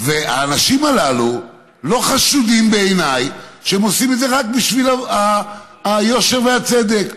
והאנשים הללו לא חשודים בעיניי שהם עושים את זה רק בשביל היושר והצדק.